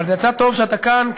אבל זה יצא טוב שאתה כאן,